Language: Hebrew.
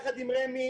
יחד עם רמ"י,